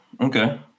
Okay